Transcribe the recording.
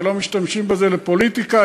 ולא משתמשים בזה לפוליטיקה,